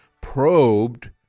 probed